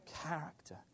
Character